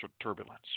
turbulence